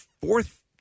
fourth